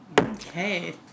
Okay